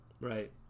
Right